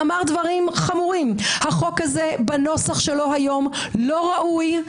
הוא אמר דברים חמורים: החוק הזה בנוסח שלו היום לא ראוי,